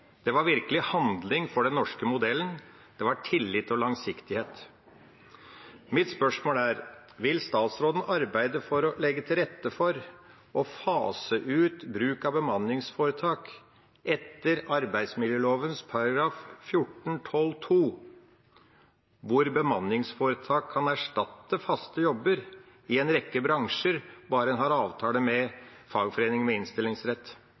Det var virkelig handling for den norske modellen. Det var tillit og langsiktighet. Mitt spørsmål er: Vil statsråden arbeide for å legge til rette for å fase ut bruk av bemanningsforetak etter arbeidsmiljøloven § 14-12 , der bemanningsforetak kan erstatte faste jobber i en rekke bransjer bare man har avtale med fagforening med innstillingsrett?